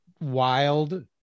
wild